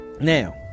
Now